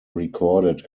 recorded